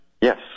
Yes